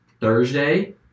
Thursday